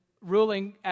ruling